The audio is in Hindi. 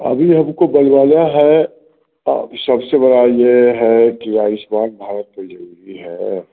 अभी हमको बनवाना है अब सबसे बड़ा यह है कि आयुष्मान भारत का ज़रूरी है